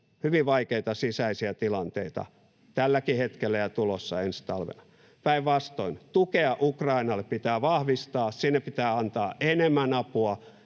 hyvin vaikeita sisäisiä tilanteita tälläkin hetkellä ja tulossa ensi talvena. Päinvastoin, tukea Ukrainalle pitää vahvistaa. Sinne pitää antaa enemmän apua,